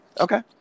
Okay